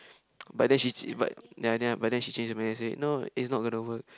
but then she ch~ but ya then I but then she changed her mind and say no it's not gonna work